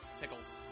pickles